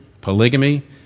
polygamy